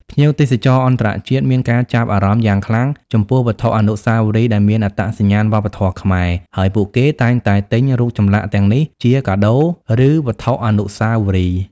ភ្ញៀវទេសចរអន្តរជាតិមានការចាប់អារម្មណ៍យ៉ាងខ្លាំងចំពោះវត្ថុអនុស្សាវរីយ៍ដែលមានអត្តសញ្ញាណវប្បធម៌ខ្មែរ ហើយពួកគេតែងតែទិញរូបចម្លាក់ទាំងនេះជាកាដូ ឬវត្ថុអនុស្សាវរីយ៍។